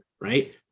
right